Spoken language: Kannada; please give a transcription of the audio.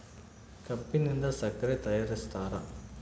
ಕಬ್ಬಿನಿಂದ ಸಕ್ಕರೆ ತಯಾರಿಸ್ತಾರ